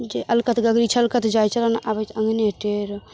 जे अलकत गगरी छलकत जाइ चलऽ ने आबै तऽ अङ्गने टेढ़